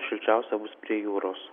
šilčiausia bus prie jūros